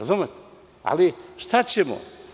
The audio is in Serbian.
Ali šta ćemo?